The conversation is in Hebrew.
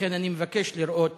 לכן אני מבקש לראות